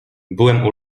byłem